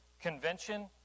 convention